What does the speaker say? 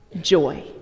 joy